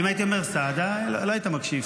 סעדיה, אם הייתי אומר סעדה, לא היית מקשיב.